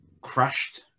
crashed